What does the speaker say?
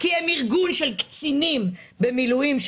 אני מבקש מנציגי רשות המיסים לחזור לכאן אחרי בדיקה מהר ככל שניתן.